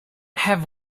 have